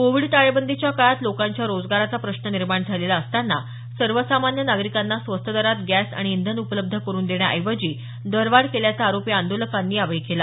Covid टाळेबंदीच्या काळात लोकांच्या रोजगाराचा प्रश्न निर्माण झालेला असताना सर्वसामान्य नागरिकांना स्वस्त दरात गॅस आणि इंधन उपलब्ध करुन देण्याऐवजी दरवाढ केल्याचा आरोप या आंदोलकांनी यावेळी केला